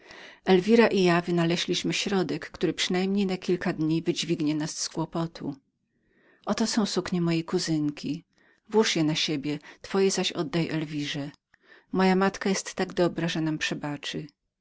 elwira i ja wynaleźliśmy środek który przynajmniej na kilka dni wydźwignie nas z kłopotu oto są suknie mojej kuzynki włóż je na siebie twoje zaś oddaj elwirze moja matka jest tak dobrą że nam przebaczy